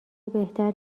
بهتر